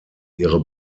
ihre